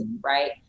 right